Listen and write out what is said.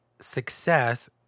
success